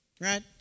Right